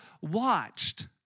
watched